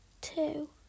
two